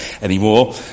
anymore